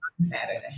Saturday